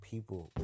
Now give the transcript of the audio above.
People